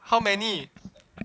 how many